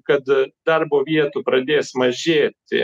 kad darbo vietų pradės mažėti